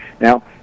Now